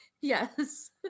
yes